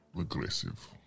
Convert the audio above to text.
aggressive